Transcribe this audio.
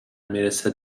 میرسه